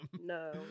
No